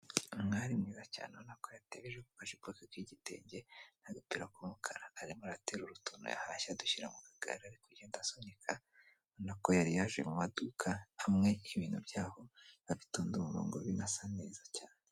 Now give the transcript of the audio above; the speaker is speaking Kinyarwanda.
Umwari mwiza cyane na ko yateje gufashe ikosa k'igitenge n'agapira k'umukara arimo aratera rutono yahashye adushyira mu kagara bi kugenda asunika nako yari yaje mu maduka hamwe n'ibintu byaho gitondoma ngo binasa neza cyane.